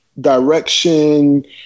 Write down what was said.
direction